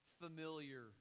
familiar